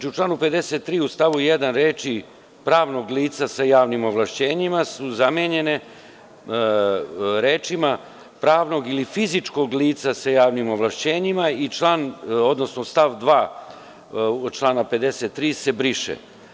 U članu 53. u stavu 1. reči „pravno lica sa javnim ovlašćenjima“ su zamenjene rečima „pravnog ili fizičkog lica sa javnim ovlašćenjima“ i stav 2. člana 53. se briše.